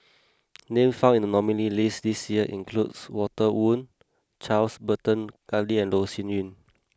names found in the nominees list this year include Walter Woon Charles Burton Buckley and Loh Sin Yun